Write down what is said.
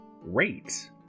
great